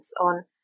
on